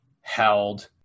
held